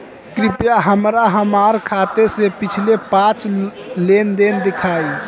कृपया हमरा हमार खाते से पिछले पांच लेन देन दिखाइ